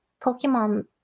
Pokemon